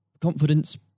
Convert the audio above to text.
confidence